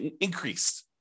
increased